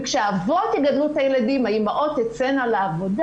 וכשהאבות יגדלו את הילדים, האימהות תצאנה לעבודה.